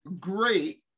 great